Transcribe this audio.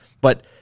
But-